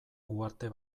uharte